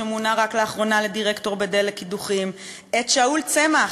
שמונה רק לאחרונה לדירקטור ב"דלק קידוחים"; את שאול צמח,